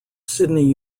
sydney